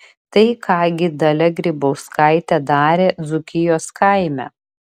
tai ką gi dalia grybauskaitė darė dzūkijos kaime